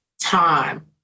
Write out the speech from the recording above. time